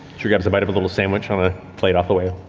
she grabs a bite of a little sandwich on a plate off the way.